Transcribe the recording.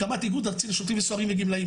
הקמת איגוד ארצי לשוטרים וסוהרים וגמלאים.